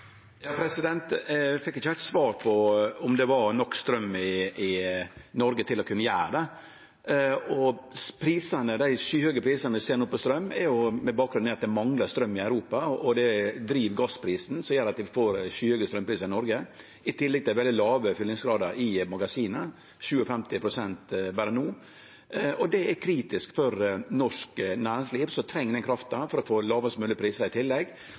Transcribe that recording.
fekk ikkje heilt svar på om det var nok straum i Noreg til å kunne gjere det. Vi ser no skyhøge prisar på straum med bakgrunn i at det manglar straum i Europa. Det driv gassprisen, som gjer at vi får skyhøge straumprisar i Noreg. I tillegg er det veldig låg fyllingsgrad i magasina – berre 57 pst. no. Det er kritisk for norsk næringsliv, som i tillegg treng den krafta for å få lågast moglege prisar. Mengda straum i